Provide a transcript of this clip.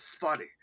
funny